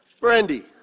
Brandy